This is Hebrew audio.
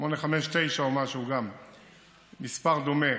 859 או משהו, מספר דומה,